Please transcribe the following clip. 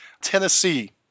Tennessee